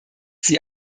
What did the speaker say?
sie